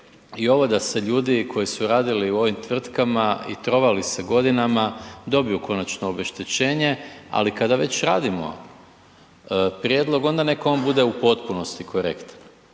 i ovo da se ljudi koji su radili u ovim tvrtkama i trovali se godinama, dobiju konačno obeštećenje, ali kad već radimo prijedlog onda nek on bude u potpunosti korektan,